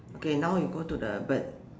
okay now we go to the bird